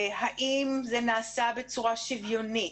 אם זה נעשה בצורה שוויונית.